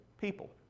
people